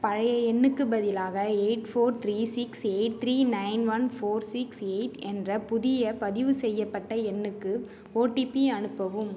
பழைய எண்ணுக்குப் பதிலாக eight four three six eight three nine one four six eight என்ற புதிய பதிவு செய்யப்பட்ட எண்ணுக்கு ஓடிபி அனுப்பவும்